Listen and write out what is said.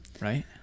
Right